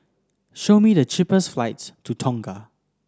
show me the cheapest flights to Tonga